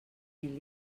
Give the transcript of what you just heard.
mil